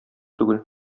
түгел